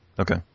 Okay